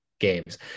games